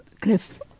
Cliff